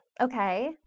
Okay